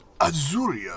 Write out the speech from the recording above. Azuria